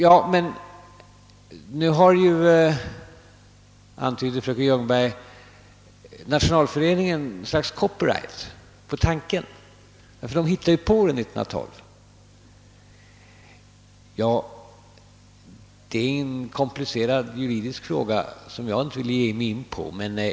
Fröken Ljungberg antydde vidare att Nationalföreningen har ett slags copyright på tanken eftersom föreningen hittade på detta 1912. Ja, det är en komplicerad juridisk fråga som jag inte vill ge mig in på.